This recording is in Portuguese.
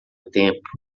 tempo